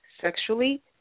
Sexually